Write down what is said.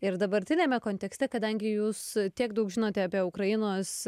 ir dabartiniame kontekste kadangi jūs tiek daug žinote apie ukrainos